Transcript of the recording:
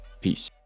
peace